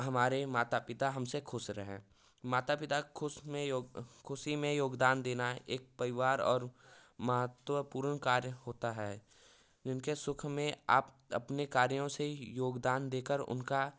हमारे माता पिता हमसे खुश रहें माता पिता खुश मे खुशी में योगदान देना एक परिवार और महत्वपूर्ण कार्य होता है उनके सुख में आप अपने कार्यों से योगदान देकर उनका